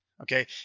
Okay